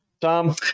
Tom